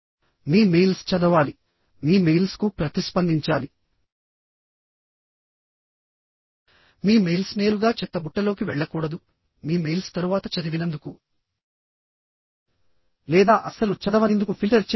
మీ mails చదవాలి మీ మెయిల్స్కు ప్రతిస్పందించాలి మీ మెయిల్స్ నేరుగా చెత్తబుట్టలోకి వెళ్లకూడదు మీ మెయిల్స్ తరువాత చదివినందుకు లేదా అస్సలు చదవనిందుకు ఫిల్టర్ చేయకూడదు